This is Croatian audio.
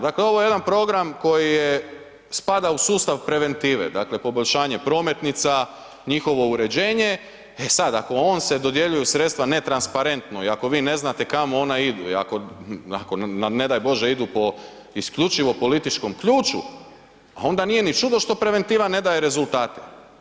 Dakle, ovo je jedan program koji spada u sustav preventive, dakle poboljšanje prometnica, njihovo uređenje, e sad ako on se dodjeljuju sredstva netransparentno i ako vi ne znate kamo ona idu i ako nam, ne daj bože, idu po isključivo političkom ključu, a onda nije ni čudo što preventiva ne daje rezultate.